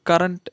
current